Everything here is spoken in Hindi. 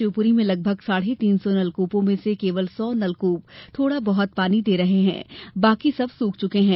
शिवपुरी में लगभग साढ़े तीन सौ नलकूपों में से केवल सौ नलकूप थोड़ा बहुत पानी दे रहे हैं बाकी सब सूख चुके हैं